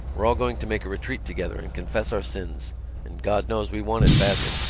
we're all going to make a retreat together and confess our sins and god knows we want it badly.